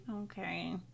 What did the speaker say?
Okay